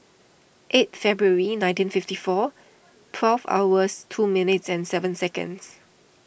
eight February nineteen fifty four twelve hours two minutes and seven seconds